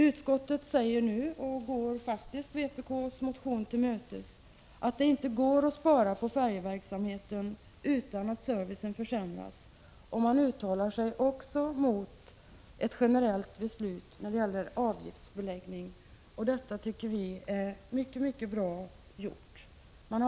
Utskottet går faktiskt vpk:s motion till mötes och säger att det inte går att spara på färjeverksamheten utan att servicen försämras. Man uttalar sig också mot ett generellt beslut om avgiftsbeläggning. Det tycker vi är mycket bra gjort.